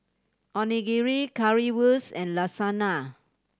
Onigiri Currywurst and Lasagna